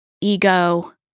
ego